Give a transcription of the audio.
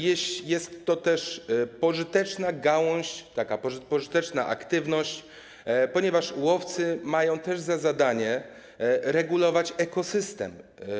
Jest to też pożyteczna gałąź, taka pożyteczna aktywność, ponieważ łowcy mają też za zadanie regulować ekosystem.